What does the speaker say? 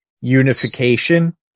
unification